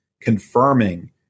confirming